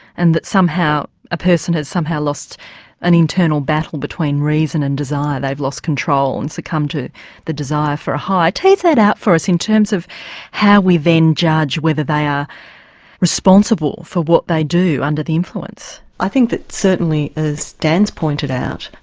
and that somehow a person has somehow lost an internal battle between reason and desire, they've lost control and succumbed to the desire for a high. tease that out for us in terms of how we then judge whether they are responsible for what they do under the influence. i think that certainly, as dan's pointed out,